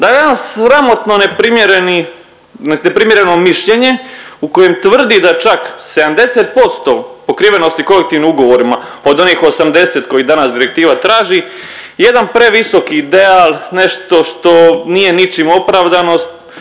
neprimjereni, neprimjereno mišljenje u kojem tvrdi da čak 70% pokrivenosti kolektivnim ugovorima od onih 80 kojih danas direktiva traži, jedan previsoki ideal nešto što nije ničim opravdanost